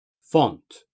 Font